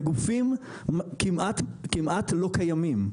אלה גופים שכמעט לא קיימים.